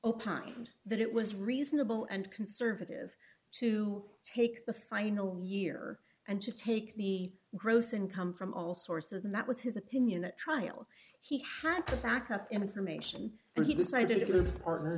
opined that it was reasonable and conservative to take the final year and to take the gross income from all sources and that was his opinion at trial he had to back up information and he decided it was a partner